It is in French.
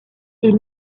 est